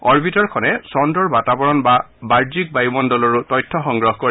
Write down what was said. অৰ্বিটাৰখনে চন্দ্ৰৰ বাতাবৰণ বা বাহ্যিক বায়ুমগুলৰো তথ্য সংগ্ৰহ কৰিব